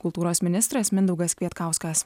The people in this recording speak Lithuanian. kultūros ministras mindaugas kvietkauskas